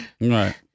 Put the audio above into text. Right